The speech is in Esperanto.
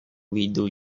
vidu